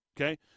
Okay